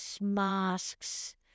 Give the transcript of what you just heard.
masks